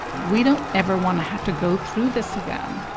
we don't ever want to have to go through this again.